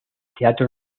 teatro